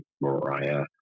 Mariah